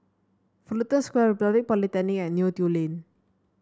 Fullerton Square Republic Polytechnic and Neo Tiew Lane